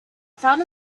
felt